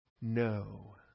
No